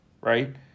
Right